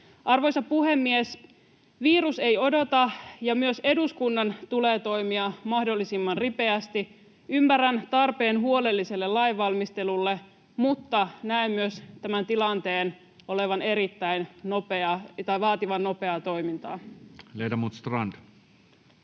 Arvoisa puhemies! Virus ei odota, ja myös eduskunnan tulee toimia mahdollisimman ripeästi. Ymmärrän tarpeen huolelliselle lainvalmistelulle, mutta näen myös tämän tilanteen vaativan nopeaa toimintaa. Ledamot Strand.